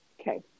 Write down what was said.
okay